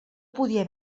podia